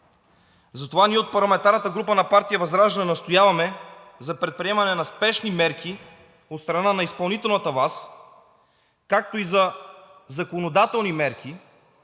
Затова ние от парламентарната група на партия ВЪЗРАЖДАНЕ настояваме за предприемане на спешни мерки от страна на изпълнителната власт, както и за законодателни мерки,